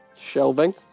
shelving